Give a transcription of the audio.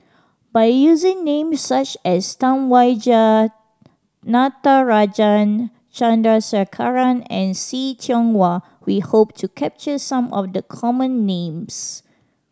by using names such as Tam Wai Jia Natarajan Chandrasekaran and See Tiong Wah we hope to capture some of the common names